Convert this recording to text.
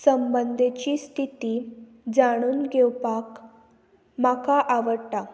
संबंदेची स्थिती जाणून घेवपाक म्हाका आवडटा